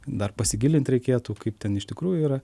dar pasigilint reikėtų kaip ten iš tikrųjų yra